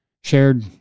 shared